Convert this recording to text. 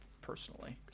personally